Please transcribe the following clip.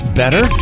better